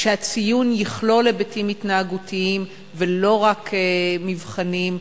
ושהציון יכלול היבטים התנהגותיים ולא רק מבחנים.